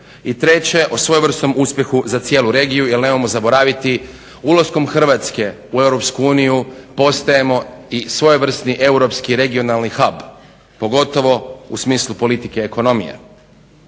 i treće o svojevrsnom uspjehu za cijelu regiju jer nemojmo zaboraviti ulaskom Hrvatske u EU postajemo i svojevrsni europski regionalni HAP pogotovo u smislu politike ekonomije.